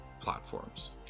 platforms